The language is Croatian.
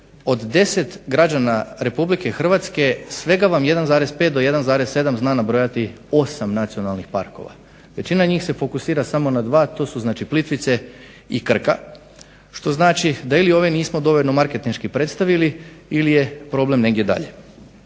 od 10 građana RH svega vam 1,5 do 1,7 zna nabrojati 8 nacionalnih parkova. Većina njih se fokusira samo na 2, to su znači Plitvice i Krka. Što znači da ili ove nismo dovoljno marketinški predstavili ili je problem negdje dalje.